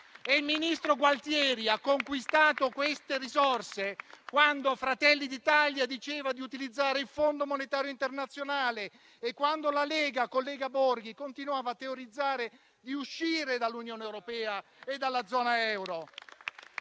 Il ministro Gualtieri ha conquistato queste risorse quando Fratelli d'Italia diceva di utilizzare il Fondo monetario internazionale e quando la Lega, collega Borghi, continuava a teorizzare di uscire dall'Unione europea e dalla zona euro.